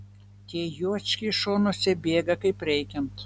tie juočkiai šonuose bėga kaip reikiant